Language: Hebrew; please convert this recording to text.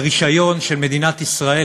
ברישיון של מדינת ישראל,